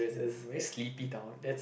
um very sleepy town